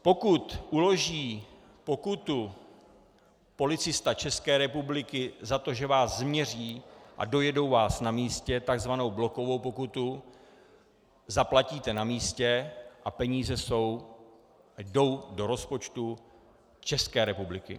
Pokud uloží pokutu policista České republiky za to, že vás změří, a dojedou vás na místě, takzvanou blokovou pokutu zaplatíte na místě a peníze jdou do rozpočtu České republiky.